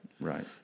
Right